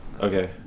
Okay